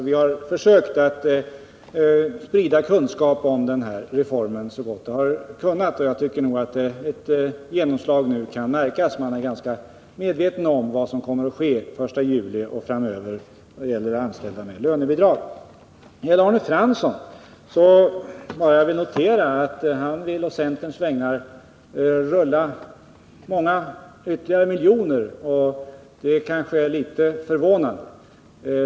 Vi har alltså försökt att sprida kunskap om denna reform så gott vi har kunnat, och jag tycker nog att ett genomslag kan märkas nu. Man är ganska medveten om vad som kommer att ske den 1 juli och framöver vad gäller anställda med lönebidrag. Beträffande Arne Franssons anförande vill jag bara notera att han på centerns vägnar vill låta ytterligare många miljoner rulla, och det är kanske litet förvånande.